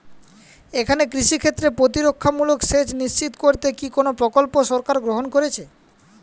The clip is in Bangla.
এখানে কৃষিক্ষেত্রে প্রতিরক্ষামূলক সেচ নিশ্চিত করতে কি কোনো প্রকল্প সরকার গ্রহন করেছে?